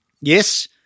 Yes